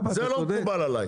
זה לא מקובל עליי.